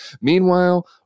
meanwhile